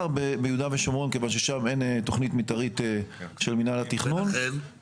ביהודה ושומרון מכיוון ששם אין תוכנית מתאר של מינהל התכנון.